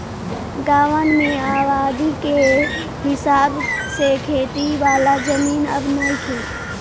गांवन में आबादी के हिसाब से खेती वाला जमीन अब नइखे